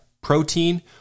protein